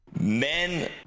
men